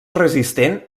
resistent